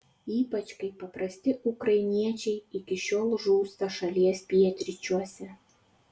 ypač kai paprasti ukrainiečiai iki šiol žūsta šalies pietryčiuose